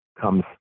comes